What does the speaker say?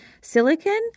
silicon